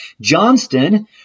Johnston